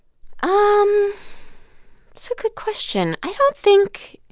um so good question. i don't think